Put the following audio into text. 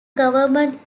government